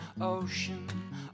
ocean